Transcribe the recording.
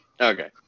Okay